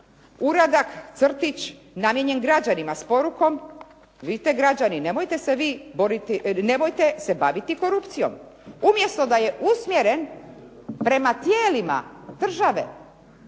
uradak, crtić namijenjen građanima s porukom, vidite građani nemojte se baviti korupcijom. Umjesto da je usmjeren prema tijelima države,